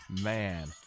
man